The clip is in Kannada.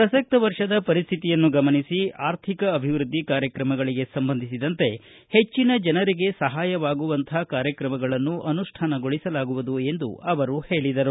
ಪ್ರಸಕ್ತ ವರ್ಷದ ಪರಿಶ್ಠಿತಿಯನ್ನು ಗಮನಿಸಿ ಅರ್ಥಿಕ ಅಭಿವೃದ್ಧಿ ಕಾರ್ಯಕ್ರಮಗಳಿಗೆ ಸಂಬಂಧಿಸಿದಂತೆ ಹೆಚ್ಚಿನ ಜನರಿಗೆ ಸಹಾಯವಾಗುವಂಥ ಕಾರ್ಯಕ್ರಮಗಳನ್ನು ಅನುಷ್ಠಾನಗೊಳಿಸಲಾಗುವುದು ಎಂದು ಅವರು ಹೇಳಿದರು